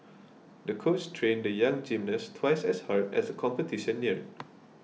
the coach trained the young gymnast twice as hard as the competition neared